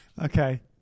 Okay